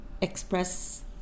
express